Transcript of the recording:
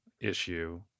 issue